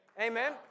Amen